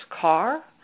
car